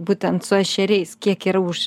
būtent su ešeriais kiek yra už